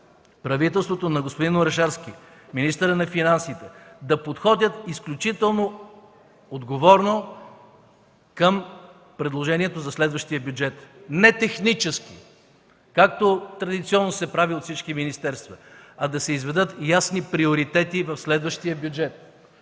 правителството на господин Орешарски, министърът на финансите да подходят изключително отговорно към предложението за следващия бюджет. Не технически, както традиционно се прави от всички министерства, а да се изведат ясни приоритети в следващия бюджет!